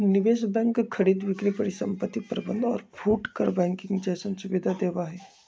निवेश बैंक खरीद बिक्री परिसंपत्ति प्रबंध और फुटकर बैंकिंग जैसन सुविधा देवा हई